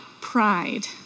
pride